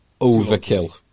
overkill